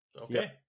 Okay